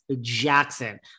Jackson